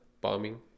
bombing